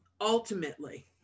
ultimately